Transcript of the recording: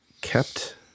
kept